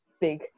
big